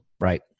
right